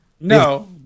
no